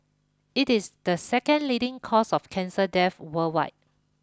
it is the second leading cause of cancer death worldwide